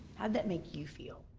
how did that make you feel?